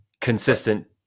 consistent